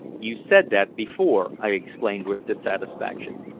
you said that before, i exclaimed with dissatisfaction.